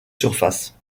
surface